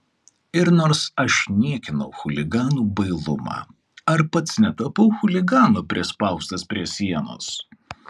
ir nors aš niekinau chuliganų bailumą ar pats netapau chuliganu prispaustas prie sienos